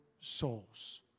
souls